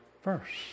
first